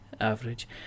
average